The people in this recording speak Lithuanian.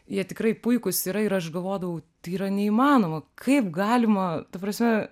jie tikrai puikūs yra ir aš galvodavau tai yra neįmanoma kaip galima ta prasme